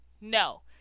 No